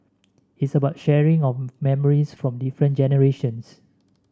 it's about sharing of memories from different generations